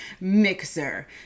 mixer